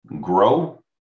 grow